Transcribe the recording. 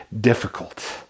difficult